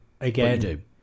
again